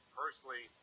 personally